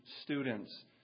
students